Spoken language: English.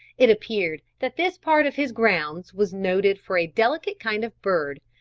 it appeared that this part of his grounds was noted for a delicate kind of bird,